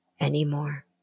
anymore